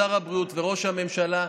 שר הבריאות וראש הממשלה,